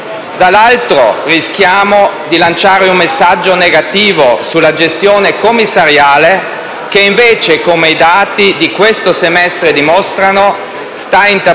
dall'altro si rischia di lanciare un messaggio negativo sulla gestione commissariale, che invece - come i dati di questo semestre dimostrano - sta interpretando